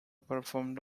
performed